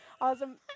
Awesome